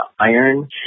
Iron